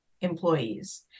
employees